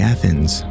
Athens